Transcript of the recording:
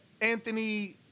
Anthony